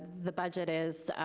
the budget is,